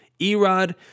erod